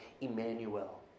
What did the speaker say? Emmanuel